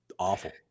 awful